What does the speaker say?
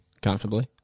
Comfortably